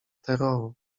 terroru